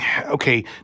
okay